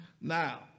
now